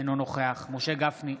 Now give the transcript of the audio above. אינו נוכח משה גפני,